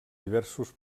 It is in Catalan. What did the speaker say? diversos